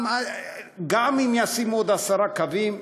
גם אם ישימו עוד עשרה קווים,